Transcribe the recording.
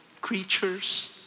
creatures